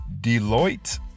Deloitte